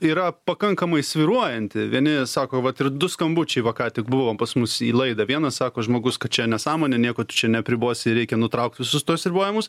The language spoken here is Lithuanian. yra pakankamai svyruojanti vieni sako vat ir du skambučiai va ką tik buvo pas mus į laidą vienas sako žmogus kad čia nesąmonė nieko tu čia neapribosi ir reikia nutraukt visus tuos ribojimus